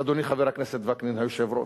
אדוני חבר הכנסת וקנין, היושב-ראש,